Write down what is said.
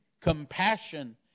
Compassion